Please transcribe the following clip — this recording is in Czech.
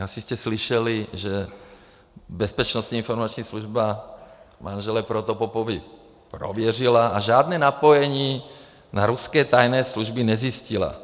Asi jste slyšeli, že Bezpečnostní informační služba manžele Protopopovy prověřila a žádné napojení na ruské tajné služby nezjistila.